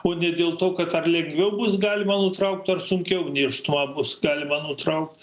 o ne dėl to kad ar lengviau bus galima nutraukti ar sunkiau nėštumą bus galima nutraukt